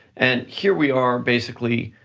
and here we are, basically,